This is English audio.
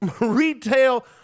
retail